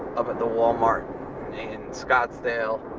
up at the walmart in scottsdale